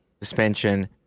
suspension